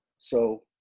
so,